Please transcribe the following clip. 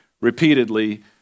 repeatedly